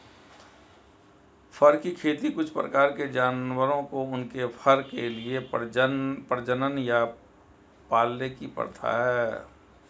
फर की खेती कुछ प्रकार के जानवरों को उनके फर के लिए प्रजनन या पालने की प्रथा है